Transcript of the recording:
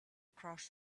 cross